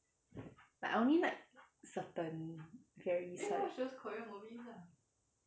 like I only like certain very recent